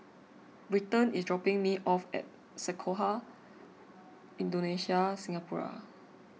Britton is dropping me off at Sekolah Indonesia Singapura